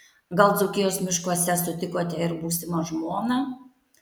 gal dzūkijos miškuose sutikote ir būsimą žmoną